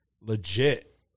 legit